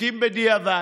חוקים בדיעבד,